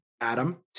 Adam